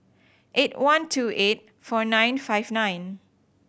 eight one two eight four nine five nine